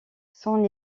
son